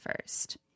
first